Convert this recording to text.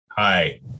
Hi